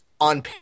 on